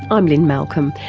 i'm lynne malcolm,